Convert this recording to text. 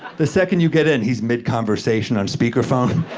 the second you get in, he's mid-conversation on speakerphone.